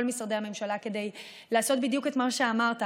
משרדי הממשלה כדי לעשות בדיוק את מה שאמרת,